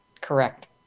Correct